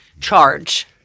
charge